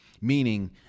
Meaning